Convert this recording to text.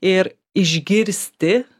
ir išgirsti